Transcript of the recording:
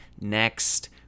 next